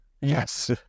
Yes